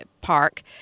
Park